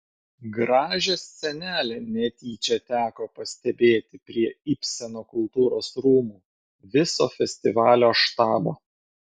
gražią scenelę netyčia teko pastebėti prie ibseno kultūros rūmų viso festivalio štabo